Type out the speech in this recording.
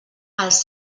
els